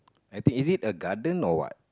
I think is it a garden or what